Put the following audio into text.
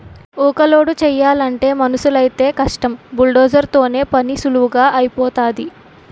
ఊక లోడు చేయలంటే మనుసులైతేయ్ కష్టం బుల్డోజర్ తోనైతే పనీసులువుగా ఐపోతాది